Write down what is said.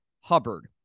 Hubbard